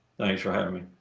thanks for having me.